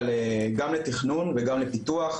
גם לתכנון וגם לפיתוח,